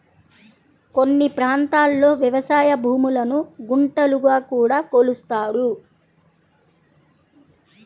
కొన్ని ప్రాంతాల్లో వ్యవసాయ భూములను గుంటలుగా కూడా కొలుస్తారు